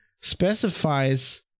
specifies